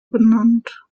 benannt